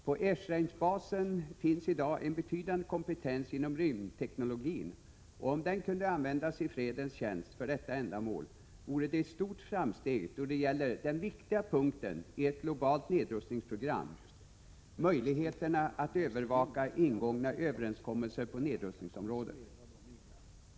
På Esrangebasen finns i dag en betydande kompetens inom rymdteknologin, och om den kunde användas i fredens tjänst för detta ändamål vore det ett stort framsteg då det gäller den viktiga punkten i ett globalt nedrustningsprogram: möjligheterna att övervaka ingångna överenskommelser på nedrustningsområdet.